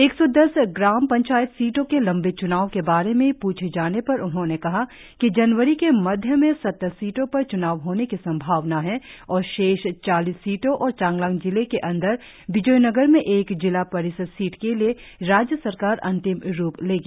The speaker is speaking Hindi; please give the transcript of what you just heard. एक सौ दस ग्राम पंचायत सीटों के लंबित चुनाव के बारे में पूछे जाने पर उन्होंने कहा कि जनवरी के मध्य में सत्तर सीटों पर चुनाव होने की संभावना है और शेष चालीस सीटों और चांगलांग जिले के अंदर विजयनगर में एक जिला परिषद सीट के लिए राज्य सरकार अंतिम रुप लेगी